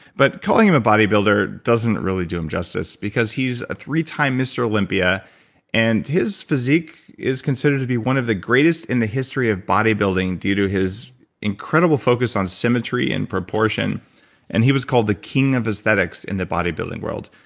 but calling him a body builder doesn't really do him justice because he's a three time mr. olympia and his physique is considered to be one of the greatest in the history of body building due to his incredible focused on symmetry and proportion and he was called the king of aesthetics in the body building world.